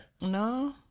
No